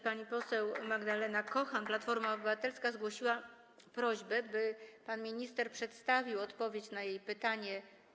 Pani poseł Magdalena Kochan, Platforma Obywatelska, zgłosiła prośbę, by pan minister przedstawił na piśmie odpowiedź na jej pytanie.